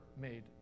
made